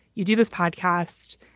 you do this podcast,